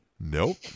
nope